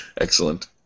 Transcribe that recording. Excellent